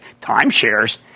timeshares